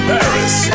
Paris